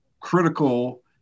critical